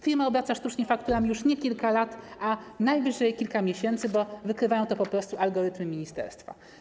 Firma obraca sztucznie fakturami już nie kilka lat, a najwyżej kilka miesięcy, bo wykrywają to po prostu algorytmy ministerstwa.